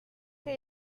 que